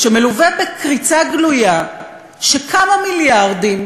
שמלווה בקריצה גלויה שכמה מיליארדים